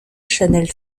channel